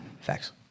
Facts